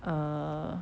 err